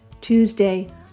Tuesday